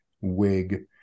wig